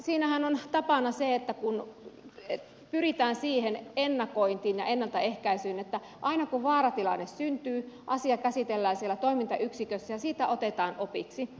siinähän on tapana se että pyritään ennakointiin ja ennaltaehkäisyyn niin että aina kun vaaratilanne syntyy asia käsitellään siellä toimintayksikössä ja siitä otetaan opiksi